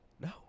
No